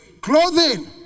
Clothing